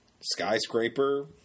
Skyscraper